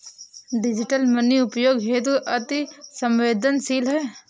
digital money उपयोग हेतु अति सवेंदनशील है